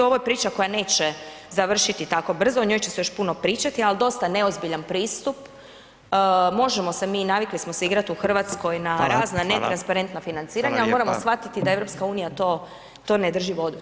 Ovo je priča koja neće završiti tako brzo o njoj će se još puno pričati, ali dosta neozbiljan pristup, možemo se mi i naviknuli smo se igrati u Hrvatskoj na razna [[Upadica: Hvala.]] netransparentna financiranja, ali moramo shvatiti da EU to, to ne drži vodu tamo.